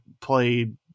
played